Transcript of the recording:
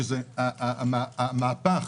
המהפך